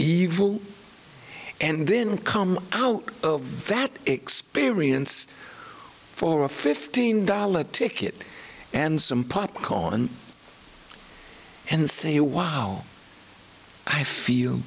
evil and then come out of that experience for a fifteen dollar ticket and some popcorn and say wow i feel